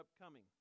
upcoming